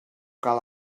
cal